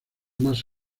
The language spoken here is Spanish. más